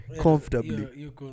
Comfortably